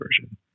version